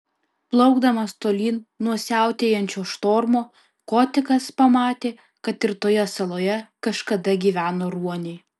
plaukdamas tolyn nuo siautėjančio štormo kotikas pamatė kad ir toje saloje kažkada gyveno ruoniai